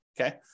okay